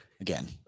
again